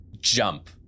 jump